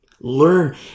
Learn